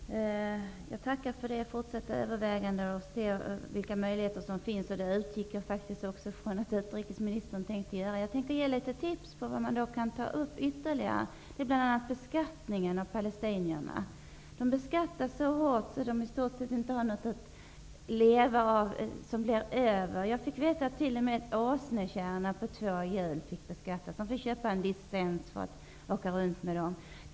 Herr talman! Jag tackar för att utrikesministern gör fortsatta överväganden och ser vilka möjligheter som finns. Jag utgick faktiskt också från att utrikesministern tänkte göra det. Jag tänker ge tips på vad som ytterligare kan tas upp, bl.a. beskattningen av palestinierna. De beskattas så hårt att de i stort sett inte får någonting över att leva av. Jag fick veta att t.o.m. åsnekärrorna på två hjul beskattas. De får köpa en licens för att åka runt med dem.